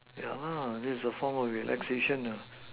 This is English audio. yeah that's a form of relaxation